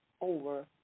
over